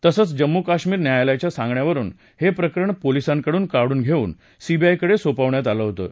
तसंच जम्मू कश्मीर न्यायालयाच्या सांगण्यावरुन हे प्रकरणं पोलिसांकडून काढून घेऊन सीबीआयकडे सोपवण्यात आलं होतं